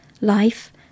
Life